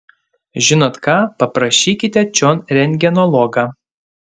žinot ką paprašykite čion rentgenologą